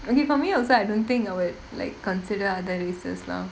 okay for me also I don't think I would like consider other races now